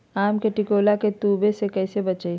आम के टिकोला के तुवे से कैसे बचाई?